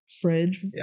fridge